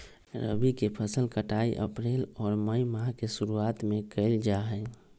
रबी के फसल के कटाई अप्रैल और मई माह के शुरुआत में कइल जा हई